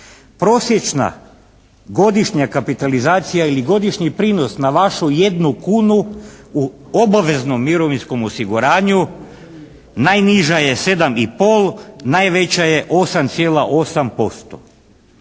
Prosječna godišnja kapitalizacija ili godišnji prinos na vašu jednu kunu u obaveznom mirovinskom osiguranju najniža je 7,5 a najviša je 8,8%.